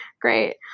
great